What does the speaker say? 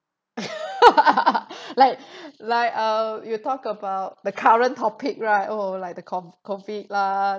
like like uh you talk about the current topic right oh like the cov~ COVID lah